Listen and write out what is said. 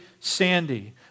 sandy